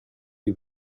you